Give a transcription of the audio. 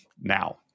now